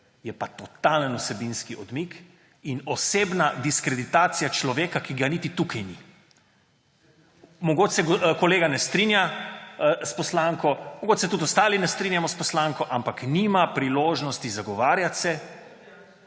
je pa totalen vsebinski odmik in osebna diskreditacija človeka, ki ga niti tukaj ni. Mogoče se kolega ne strinja s poslanko, mogoče se tudi ostali ne strinjamo s poslanko, ampak se nima priložnosti zagovarjati in